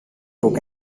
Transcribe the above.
book